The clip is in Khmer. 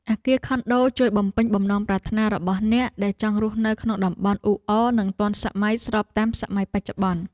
អគារខុនដូជួយបំពេញបំណងប្រាថ្នារបស់អ្នកដែលចង់រស់នៅក្នុងតំបន់អ៊ូអរនិងទាន់សម័យស្របតាមសម័យបច្ចុប្បន្ន។